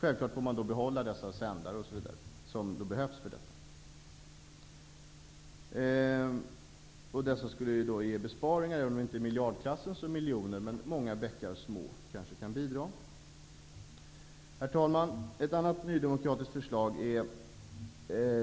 Självfallet får de sändare som behövs för detta behållas. Detta skulle då ge besparingar, kanske inte i miljardklassen, men i miljoner. Men många bäckar små kan kanske bidra. Herr talman! Ett annat nydemokratiskt förslag